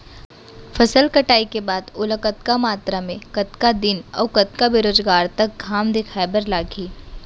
फसल कटाई के बाद ओला कतका मात्रा मे, कतका दिन अऊ कतका बेरोजगार तक घाम दिखाए बर लागही?